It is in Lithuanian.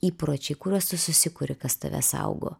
įpročiai kuriuos tu susikuri kas tave saugo